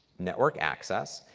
network access.